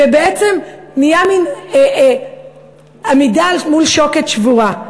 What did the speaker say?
ובעצם נהייתה מין עמידה מול שוקת שבורה.